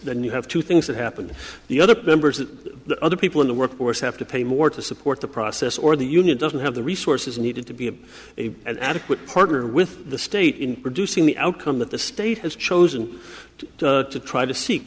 then you have two things that happened the other members of the other people in the workforce have to pay more to support the process or the union doesn't have the resources needed to be a adequate partner with the state in producing the outcome that the state has chosen to try to seek